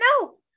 No